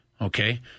Okay